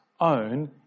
own